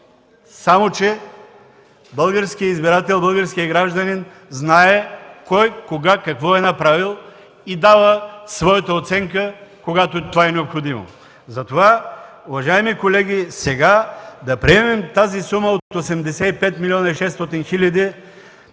само че българският избирател, българският гражданин знае кой, кога, какво е направил и дава своята оценка, когато това е необходимо. Затова, уважаеми колеги, сега да приемем тази сума от 85 млн. 600 хил.